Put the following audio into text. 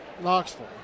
Knoxville